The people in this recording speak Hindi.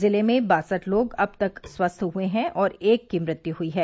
जिले में बासठ लोग अब तक स्वस्थ हुए हैं और एक की मृत्यू हुई है